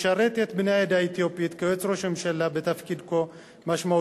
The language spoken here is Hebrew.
לשרת את בני העדה האתיופית כיועץ ראש הממשלה בתפקיד כה משמעותי.